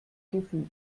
gefügig